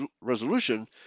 resolution